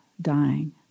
dying